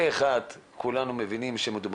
אם היית מכיר את הדברים אז הייתי יכול לתת דד-ליין,